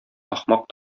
ахмак